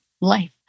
life